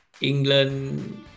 England